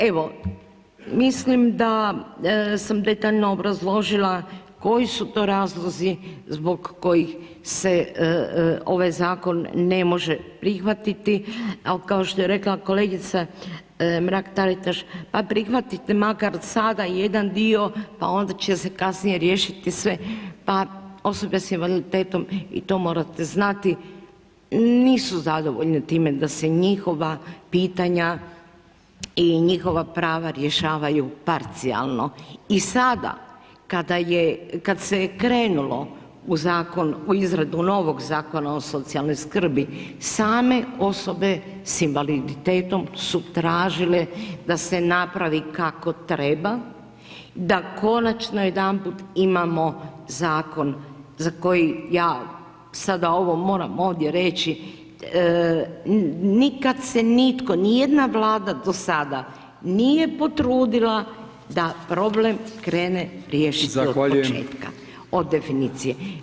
Evo mislim da sam detaljno obrazložila koji su to razlozi zbog kojih se ovaj zakon ne može prihvatiti ali kao što je rekla kolegica Mrak Taritaš, pa prihvatiti makar sada jedan dio pa onda će se kasnije riješiti sve, pa osobe sa invaliditetom i to morate znati nisu zadovoljne time da se njihova pitanja i njihova prava rješavaju parcijalno i sada kada se je krenulo u izradu novog Zakon o socijalnoj skrbi, same osobe sa invaliditetom su tražile da se napravi kako treba, da konačno jedanput imamo zakon za koji ja sada ovo moram ovdje reći, nikad se nitko, nijedna Vlada do sada nije potrudila da problem krene riješiti od početka, od definicije.